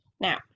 Now